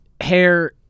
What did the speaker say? hair